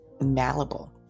malleable